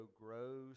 grows